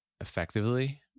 effectively